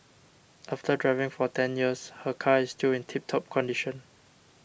after driving for ten years her car is still in tip top condition